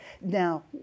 now